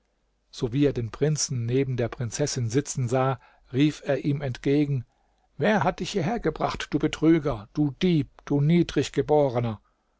sowie er den prinzen neben der prinzessin sitzen sah rief er ihm entgegen wer hat dich hierher gebracht du betrüger du dieb du niedrig geborener